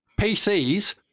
PCs